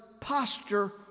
posture